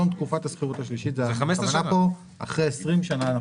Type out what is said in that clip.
תום תקופת השכירות השלישית זה אחרי 20 שנים,